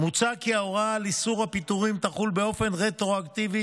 מוצע כי ההוראה על איסור הפיטורים תחול באופן רטרואקטיבי